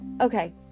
okay